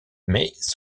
mais